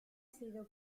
sido